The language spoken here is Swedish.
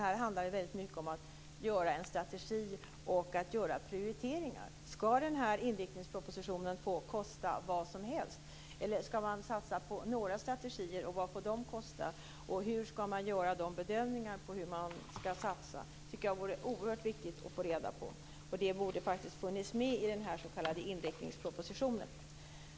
Här handlar det mycket om att utarbeta en strategi och göra prioriteringar. Skall denna inriktningsproposition få kosta hur mycket som helst, eller skall man satsa på några strategier och hur mycket får de kosta? Hur skall man bedöma vad man skall satsa på? Det vore oerhört viktigt att få reda på, och det borde ha funnits med i den s.k. inriktningspropositionen.